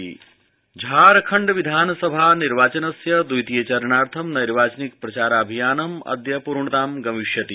झारखण्ड निर्वाचनम् झारखण्ड विधानसभा निर्वाचनस्य दवितीय चरणार्थ नैर्वाचनिक प्रचाराभियानम् अद्य पूर्णतां गमिष्यति